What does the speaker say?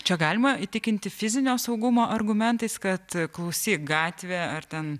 čia galima įtikinti fizinio saugumo argumentais kad klausyk gatvė ar ten